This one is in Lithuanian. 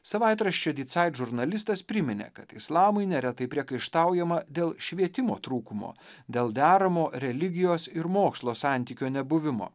savaitraščio disait žurnalistas priminė kad islamui neretai priekaištaujama dėl švietimo trūkumo dėl deramo religijos ir mokslo santykio nebuvimo